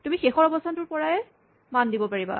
তুমি শেষৰ অৱস্হানটোৰ পৰা মান দিব পাৰিবা